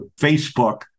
Facebook